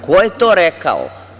Ko je to rekao?